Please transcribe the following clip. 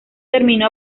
terminó